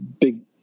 big